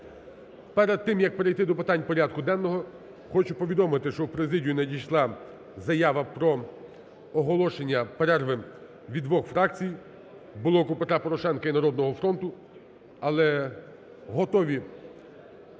Перед тим як перейти до питань порядку денного хочу повідомити, що в президію надійшла заява про оголошення перерви від двох фракцій – "Блоку Петра Порошенка" і "Народного фронту". Але готові